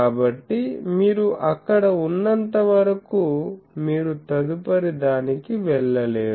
కాబట్టి మీరు అక్కడ ఉన్నంత వరకు మీరు తదుపరిదానికి వెళ్ళలేరు